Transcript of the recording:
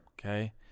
Okay